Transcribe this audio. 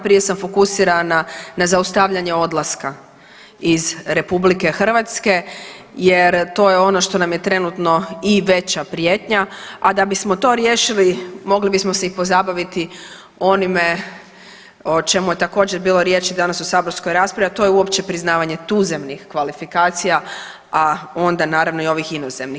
Prije sam fokusirana na zaustavljanje odlaska iz Republike Hrvatske, jer to nam je ono što nam je trenutno i veća prijetnja, a da bismo to riješili mogli bismo se i pozabaviti onime o čemu je također bilo riječi danas u saborskoj raspravi, a to je uopće priznavanje tuzemnih kvalifikacija, a onda naravno i ovih inozemnih.